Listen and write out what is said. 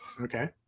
okay